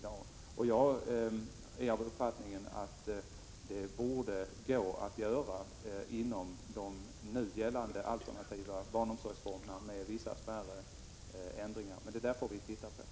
Jag är av den uppfattningen att detta borde gå att genomföra inom de nu gällande alternativa barnomsorgsformerna, med vissa smärre ändringar. Detta får vi se på.